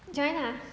join ah